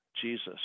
Jesus